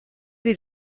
sie